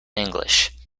english